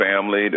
family